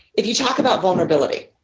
if you talk about vulnerability,